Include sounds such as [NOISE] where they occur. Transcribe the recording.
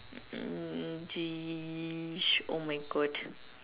[NOISE] oh my God